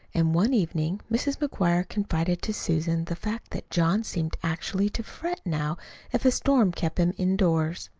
and one evening mrs. mcguire confided to susan the fact that john seemed actually to fret now if a storm kept him indoors.